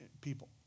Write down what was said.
people